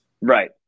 Right